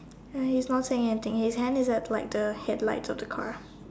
uh he's not saying anything his hands is at like the headlights of the car